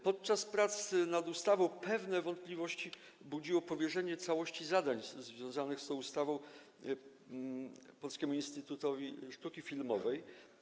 Podczas prac nad ustawą pewne wątpliwości budziło powierzenie całości zadań związanych z tą ustawą Polskiemu Instytutowi Sztuki Filmowej.